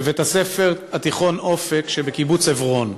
בבית-הספר התיכון "אופק" שבקיבוץ עברון.